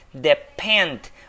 depend